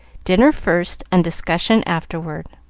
dinner first and discussion afterward.